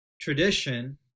tradition